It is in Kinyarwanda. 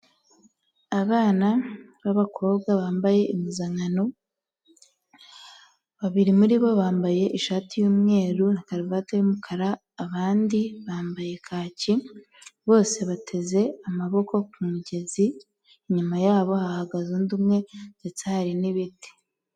Abana b'abakobwa bambaye impuzankano babiri muri bo bambaye ishati y'umweru na karuvati y'umukara abandi bambaye kaki bose bateze amaboko kumugezi inyuma yabo hagaze undi umwe ndetse haril n'ibiti.